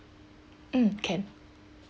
mm can